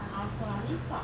I also lah only stop